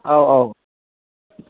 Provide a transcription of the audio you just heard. औ औ